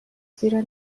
زیرا